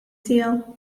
tiegħu